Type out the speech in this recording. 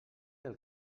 del